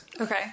Okay